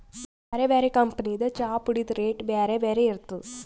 ಬ್ಯಾರೆ ಬ್ಯಾರೆ ಕಂಪನಿದ್ ಚಾಪುಡಿದ್ ರೇಟ್ ಬ್ಯಾರೆ ಬ್ಯಾರೆ ಇರ್ತದ್